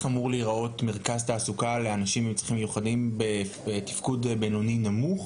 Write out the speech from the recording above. אמור להיראות מרכז תעסוקה לאנשים עם צרכים מיוחדים בתפקוד בינוני-נמוך.